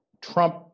Trump